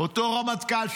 אותו רמטכ"ל,